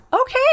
Okay